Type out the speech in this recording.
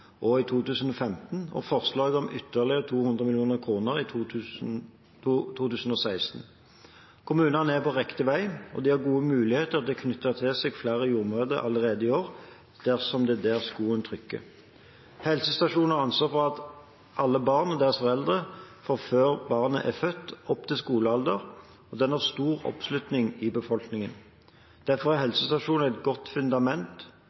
2016. Kommunene er på riktig vei, og de har gode muligheter til å knytte til seg flere jordmødre allerede i år dersom det er der skoen trykker. Helsestasjonen har ansvar for alle barn og deres foreldre fra før barnet er født og opp til skolealder, og den har stor oppslutning i befolkningen. Derfor er helsestasjonen et godt fundament